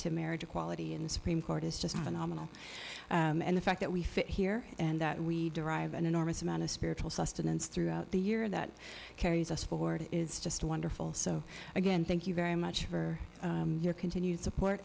to marriage equality in the supreme court is just phenomenal and the fact that we fit here and that we derive an enormous amount of spiritual sustenance throughout the year that carries us forward is just wonderful so again thank you very much for your continued support